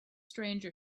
stranger